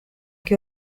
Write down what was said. qué